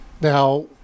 Now